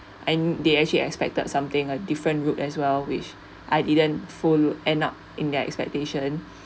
and they actually expected something a different route as well which I didn't follow end up in their expectation